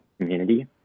community